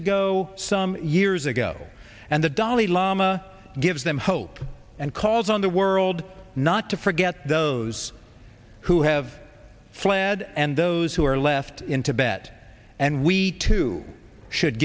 ago some years ago and the dalai lama gives them hope and calls on the world not to forget those who have fled and those who are left in tibet and we too should